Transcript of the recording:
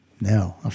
No